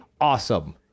awesome